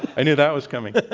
i knew that was coming.